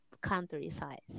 countryside